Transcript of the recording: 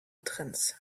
trends